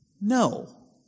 No